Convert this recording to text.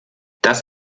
das